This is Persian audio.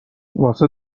واسه